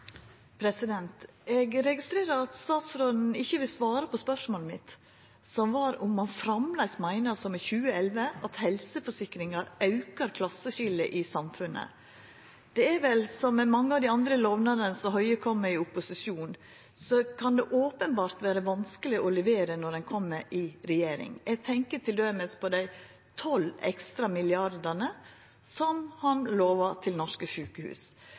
Eg registrerer at statsråden ikkje vil svara på spørsmålet mitt, som var om han framleis meiner som i 2011, at helseforsikringar aukar klasseskiljet i samfunnet. Det er vel som med mange av dei andre lovnadene Høie kom med i opposisjon – det kan openbert vera vanskeleg å levera når ein kjem i regjering. Eg tenkjer t.d. på dei 12 ekstra milliardane som han lova til norske sjukehus.